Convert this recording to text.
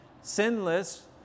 sinless